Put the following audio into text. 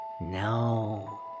No